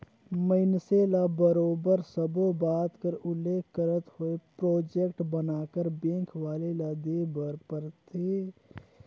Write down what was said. मइनसे ल बरोबर सब्बो बात कर उल्लेख करत होय प्रोजेक्ट बनाकर बेंक वाले ल देय बर परथे तबे मइनसे कर टर्म लोन हर पास होए पाथे